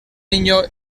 niño